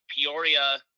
Peoria